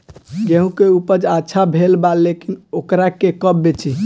गेहूं के उपज अच्छा भेल बा लेकिन वोकरा के कब बेची?